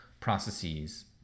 processes